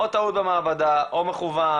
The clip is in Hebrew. או טעות במעבדה או מכוון,